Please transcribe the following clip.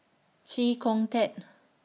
Chee Kong Tet